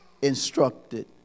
instructed